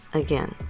again